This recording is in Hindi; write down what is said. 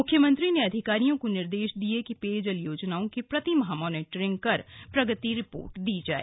मुख्यमंत्री ने अधिकारियों को निर्देश दिये की पेयजल योजनाओं की प्रतिमाह मॉनिटरिंग कर प्रगति रिपोर्ट दी जाय